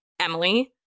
Emily